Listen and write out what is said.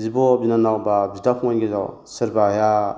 बिब' बिनानाव बा बिदा फंबायनि गेजेराव सोरबाया